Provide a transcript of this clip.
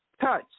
touch